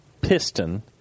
piston